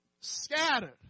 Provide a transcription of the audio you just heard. scattered